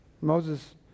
Moses